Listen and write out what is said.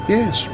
Yes